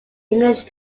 english